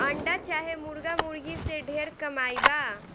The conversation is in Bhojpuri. अंडा चाहे मुर्गा मुर्गी से ढेर कमाई बा